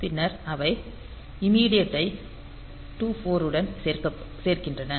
பின்னர் அவை இமிடியட் ஐ 24 உடன் சேர்க்கின்றன